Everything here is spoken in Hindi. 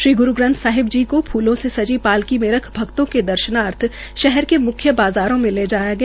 श्री ग्रू ग्रंथ साहिंब जी को फूलों की सजी पालकी में रखकर भक्तों के दर्शानार्थ शहर के म्ख्य बाज़ारों में ले जाया गया